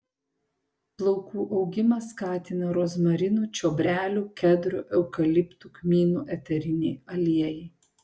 plaukų augimą skatina rozmarinų čiobrelių kedrų eukaliptų kmynų eteriniai aliejai